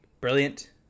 brilliant